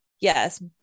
yes